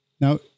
Now